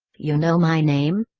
you know my name?